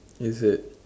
is it